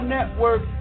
Network